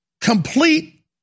complete